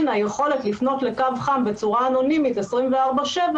היכולת לפנות לקו חם בצורה אנונימית 24/7,